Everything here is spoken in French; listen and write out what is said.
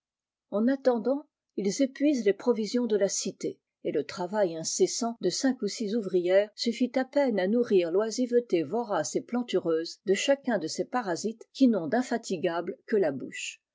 en attendant ils épuisent les provisions de la cité et le travail incessant de cinq ou'âix ouvrières suffit à peine à nourrir l'oisiveté vorace et plantureuse de chacun de ces parasites qui n'ont d'infatigable que la bouche